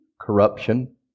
corruption